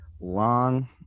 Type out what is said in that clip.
long